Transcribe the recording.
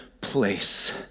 place